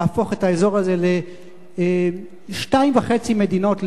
להפוך את האזור הזה לשתיים וחצי מדינות,